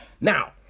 Now